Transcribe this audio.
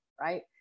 Right